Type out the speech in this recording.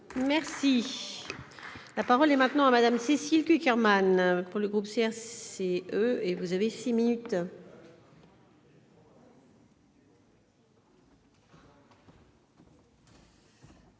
Merci, la parole est maintenant à Madame Cécile Cukierman. Pour le groupe C, C, E et vous avez 6 minutes.